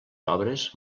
obres